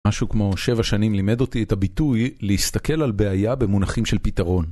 משהו כמו שבע שנים לימד אותי את הביטוי להסתכל על בעיה במונחים של פתרון.